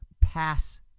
pass